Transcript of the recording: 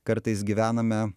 kartais gyvename